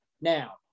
Now